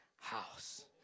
house